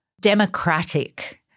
democratic